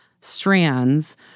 strands